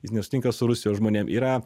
jis nesusitinka su rusijos žmonėm yra